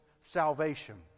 salvation